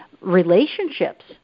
relationships